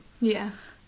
Yes